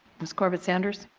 ms. corbett sanders.